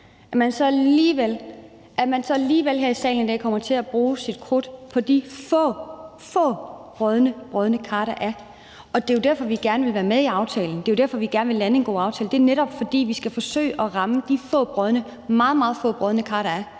at man så alligevel her i salen i dag kommer til at bruge sit krudt på de få brodne kar, der er. Det er jo derfor, vi gerne vil være med i aftalen. Det er jo derfor, vi gerne vil lande en god aftale. Det er netop, fordi vi skal forsøge at ramme de meget, meget få